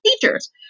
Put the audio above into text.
teachers